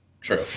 true